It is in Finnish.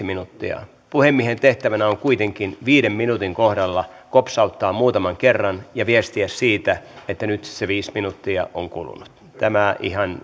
minuuttia puhemiehen tehtävänä on kuitenkin viiden minuutin kohdalla kopsauttaa muutaman kerran ja viestiä siitä että nyt se se viisi minuuttia on kulunut tämä ihan